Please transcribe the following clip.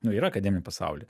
nu yra akademiniam pasauly